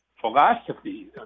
philosophy